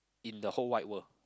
in the whole wide world